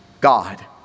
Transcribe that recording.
God